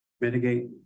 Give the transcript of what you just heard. Mitigate